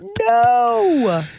No